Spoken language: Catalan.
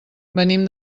venim